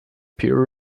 peer